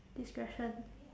discretion